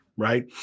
right